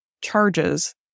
charges